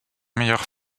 meilleures